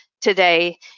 Today